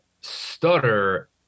stutter